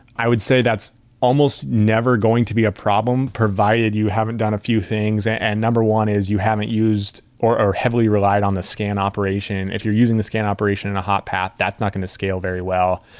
i would say that's almost never going to be a problem provided you haven't done a few things. and number one is you haven't used or or heavily relied on the scan operation. if you're using the scan operation on and a hot path, that's not going to scale very well.